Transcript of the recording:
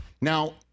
Now